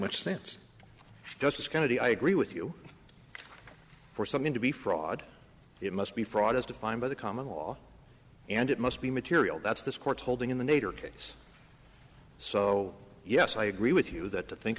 much sense justice kennedy i agree with you for something to be fraud it must be fraud as defined by the common law and it must be material that's this court's holding in the nader case so yes i agree with you that to think